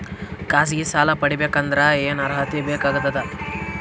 ಖಾಸಗಿ ಸಾಲ ಪಡಿಬೇಕಂದರ ಏನ್ ಅರ್ಹತಿ ಬೇಕಾಗತದ?